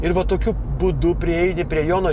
ir tokiu būdu prieini prie jono